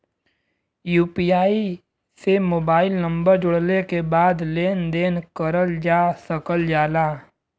UPI से mobile number जोड़ले के बाद लेन देन करल जा सकल जाला